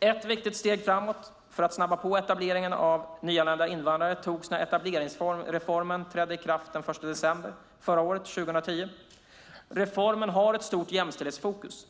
Ett viktigt steg framåt för att snabba på etableringen av nyanlända invandrare togs när etableringsreformen trädde i kraft den 1 december 2010. Reformen har ett stort jämställdhetsfokus.